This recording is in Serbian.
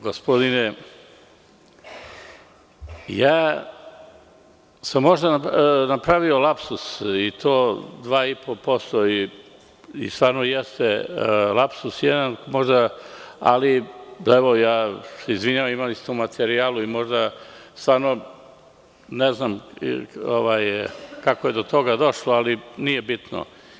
Gospodine, možda sam napravio lapsus, to 2,5%, to stvarno jeste lapsus, ali ja se izvinjavam, imali ste u materijalu i stvarno ne znam kako je do toga došlo, ali nije bitno.